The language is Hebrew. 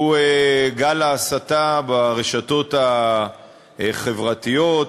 הוא גל ההסתה ברשתות החברתיות,